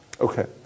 Okay